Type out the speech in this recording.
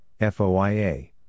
FOIA